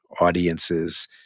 audiences